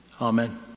Amen